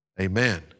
amen